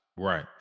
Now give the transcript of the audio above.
Right